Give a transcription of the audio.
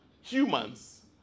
humans